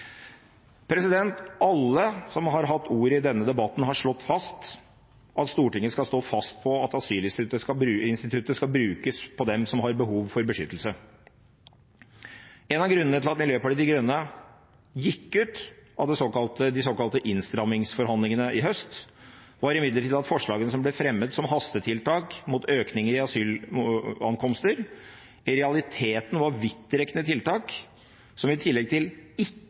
Alle som har hatt ordet i denne debatten, har slått fast at Stortinget skal stå fast på at asylinstituttet skal brukes på dem som har behov for beskyttelse. En av grunnene til at Miljøpartiet De Grønne gikk ut av de såkalte innstrammingsforhandlingene i høst, var imidlertid at forslagene som ble fremmet som hastetiltak mot økninger i antall asylankomster, i realiteten var vidtrekkende tiltak som – i tillegg til ikke